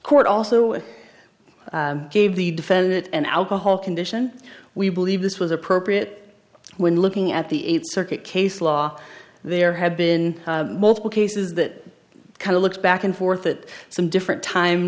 court also gave the defendant an alcohol condition we believe this was appropriate when looking at the eighth circuit case law there have been multiple cases that kind of look back and forth that some different time